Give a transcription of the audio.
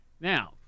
Now